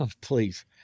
Please